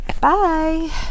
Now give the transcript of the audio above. Bye